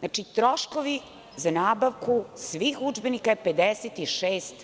Znači, troškovi za nabavku svih udžbenika je 56